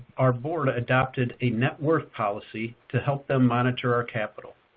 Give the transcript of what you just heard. our board adopted a net worth policy to help them monitor our capital.